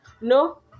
No